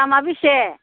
दामा बेसे